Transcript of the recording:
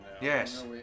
Yes